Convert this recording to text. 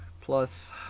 plus